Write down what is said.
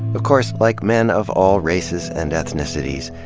of course, like men of all races and ethnicities,